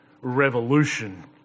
revolution